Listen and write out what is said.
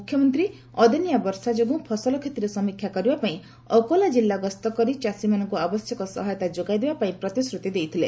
ମୁଖ୍ୟମନ୍ତ୍ରୀ ଅଦିନିଆ ବର୍ଷା ଯୋଗୁଁ ଫସଲ କ୍ଷତିର ସମୀକ୍ଷା କରିବା ପାଇଁ ଅକୋଲା ଜିଲ୍ଲା ଗସ୍ତ କରି ଚାଷୀମାନଙ୍କୁ ଆବଶ୍ୟକ ସହାୟତା ଯୋଗାଇଦେବା ପାଇଁ ପ୍ରତିଶ୍ରୁତି ଦେଇଥିଲେ